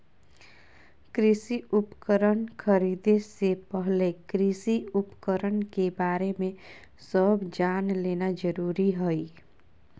कृषि उपकरण खरीदे से पहले कृषि उपकरण के बारे में सब जान लेना जरूरी हई